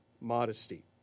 modesty